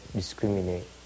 discriminate